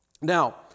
Now